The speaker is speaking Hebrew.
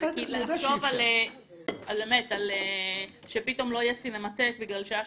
כי לחשוב שפתאום לא יהיה סינמטק בגלל שהיה